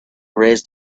raised